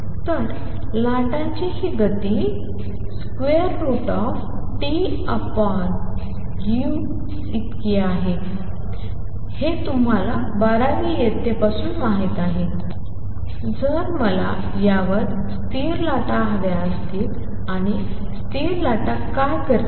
तर लाटाची ही गती √Tμ आहे जी तुम्हाला बारावी इयत्तेपासून माहित आहे जर मला यावर स्थिर लाटा हव्या असतील आणि स्थिर लाटा काय करतील